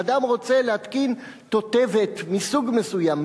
אדם רוצה להתקין תותבת מסוג מסוים,